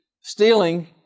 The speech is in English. stealing